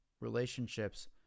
relationships